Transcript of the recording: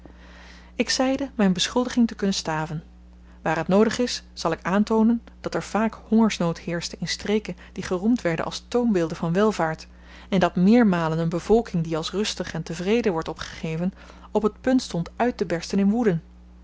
ik zeide myn beschuldiging te kunnen staven waar t noodig is zal ik aantoonen dat er vaak hongersnood heerschte in streken die geroemd werden als toonbeelden van welvaart en dat meermalen een bevolking die als rustig en tevreden wordt opgegeven op t punt stond uittebersten in woede